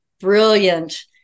brilliant